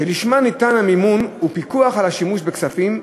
שלשמה ניתן המימון ופיקוח על השימוש בכספים.